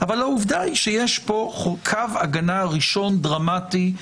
אבל העובדה היא שיש פה קו הגנה ראשון דרמטי שהוא